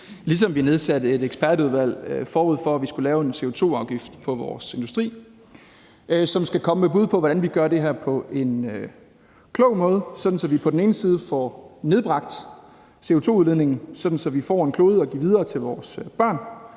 ligesom vi nedsatte et ekspertudvalg, forud for at vi skulle lave en CO2-afgift på vores industri – som skal komme med bud på, hvordan vi gør det her på en klog måde, sådan at vi på den ene side får nedbragt CO2-udledningen, så vi får en klode, vi kan give videre til vores børn,